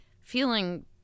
feeling